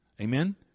amen